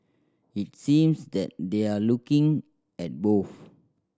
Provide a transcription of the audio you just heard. it seems that they're looking at both